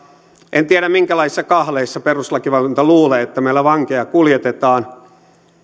en tiedä minkälaisissa kahleissa perustuslakivaliokunta luulee että meillä vankeja kuljetetaan